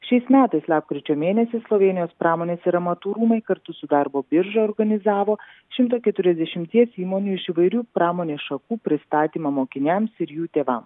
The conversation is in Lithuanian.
šiais metais lapkričio mėnesį slovėnijos pramonės ir amatų rūmai kartu su darbo birža organizavo šimto keturiasdešimties įmonių iš įvairių pramonės šakų pristatymą mokiniams ir jų tėvams